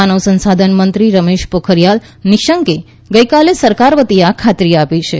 માનવ સંસાધન મંત્રી રમેશપોખરિયાલ નિશંકે ગઇકાલે સરકાર વતી આ ખાતરી આપી છે